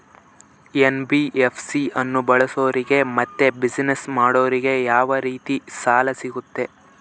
NBFC ಅನ್ನು ಬಳಸೋರಿಗೆ ಮತ್ತೆ ಬಿಸಿನೆಸ್ ಮಾಡೋರಿಗೆ ಯಾವ ರೇತಿ ಸಾಲ ಸಿಗುತ್ತೆ?